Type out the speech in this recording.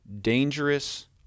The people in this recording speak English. dangerous